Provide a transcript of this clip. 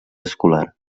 escolar